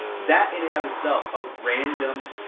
that in and of itself! a random